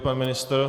Pan ministr?